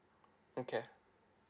okay